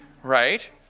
Right